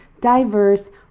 diverse